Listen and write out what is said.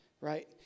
right